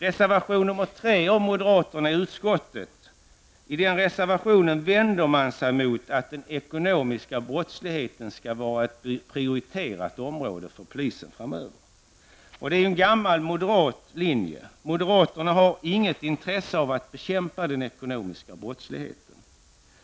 I reservation 3, från moderaterna i utskottet, vänder man sig mot att den ekonomiska brottsligheten skall vara prioriterat område för polisen framöver. Det är en gammal moderat linje. Moderaterna har inget intresse av att bekämpa den ekonomiska brottsligheten.